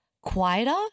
quieter